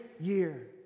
year